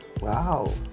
Wow